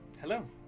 hello